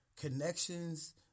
connections